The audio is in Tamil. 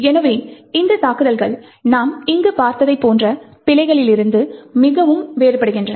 எனவே இந்த தாக்குதல்கள் நாம் இங்கு பார்த்ததைப் போன்ற பிழைகளிலிருந்து மிகவும் வேறுபடுகின்றன